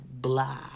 blah